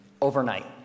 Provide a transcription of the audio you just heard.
overnight